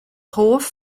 hoff